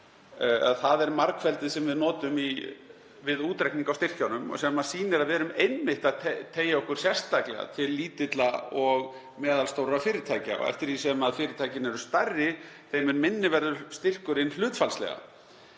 Það er margfeldið sem við notum við útreikning á styrkjunum sem sýnir að við erum einmitt að teygja okkur sérstaklega til lítilla og meðalstórra fyrirtækja. Eftir því sem fyrirtækin eru stærri þeim mun minni verður styrkurinn hlutfallslega.